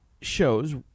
shows